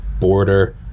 border